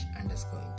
underscore